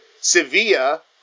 Sevilla